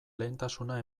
lehentasuna